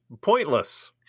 pointless